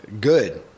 Good